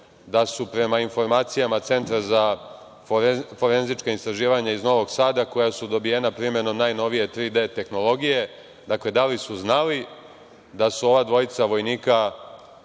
da su, prema informacijama Centra za forenzička istraživanja iz Novog Sada koja su dobijena primenom najnovije 3D tehnologije, dakle, da li su znali da su ova dvojica dvojnika